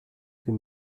qu’il